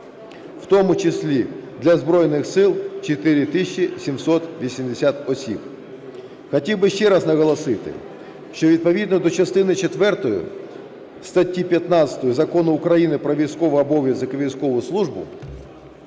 в тому числі для Збройних Сил – 4 тисячі 780 осіб. Хотів би ще раз наголосити, що відповідно до частини 4 статті 15 Закону України "Про військовий обов'язок і військову службу"